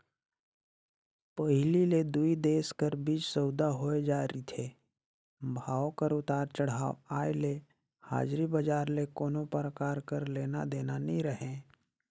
पहिली ले दुई देश कर बीच सउदा होए जाए रिथे, भाव कर उतार चढ़ाव आय ले हाजरी बजार ले कोनो परकार कर लेना देना नी रहें